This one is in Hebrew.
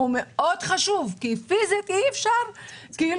הוא מאוד חשוב כי פיזית זה נראה,